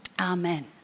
Amen